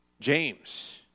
James